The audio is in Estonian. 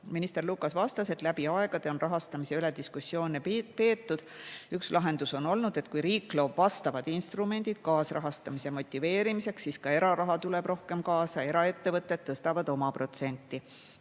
Minister Lukas vastas, et läbi aegade on rahastamise üle diskussioone peetud. Üks lahendus on olnud, et kui riik loob instrumendid kaasrahastamise motiveerimiseks, siis ka eraraha tuleb rohkem kaasa, eraettevõtted tõstavad oma protsenti.